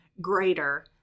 greater